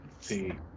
See